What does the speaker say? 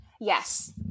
Yes